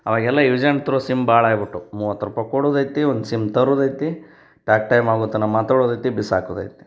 ಅವಾಗೆಲ್ಲ use and throw sim ಭಾಳ ಆಗ್ಬಿಟ್ಟಾವೆ ಮೂವತ್ತು ರೂಪಾಯ್ ಕೊಡುದೈತಿ ಒಂದು ಸಿಮ್ ತರುದೈತಿ ಟಾಕ್ ಟೈಮ್ ಆಗೋ ತನಕ ಮಾತಾಡೋದೈತಿ ಬಿಸಾಕೋದೈತಿ